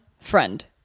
friend